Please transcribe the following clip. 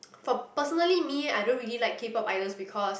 for personally me I don't really like K-Pop idols because